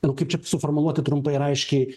ir kaip čia suformuluoti trumpai ir aiškiai